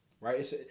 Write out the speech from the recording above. right